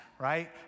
right